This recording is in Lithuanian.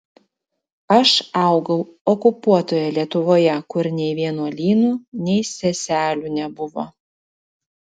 aš augau okupuotoje lietuvoje kur nei vienuolynų nei seselių nebuvo